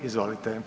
Izvolite.